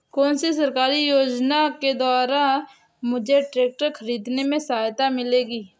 कौनसी सरकारी योजना के द्वारा मुझे ट्रैक्टर खरीदने में सहायता मिलेगी?